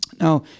Now